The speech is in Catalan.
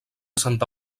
santa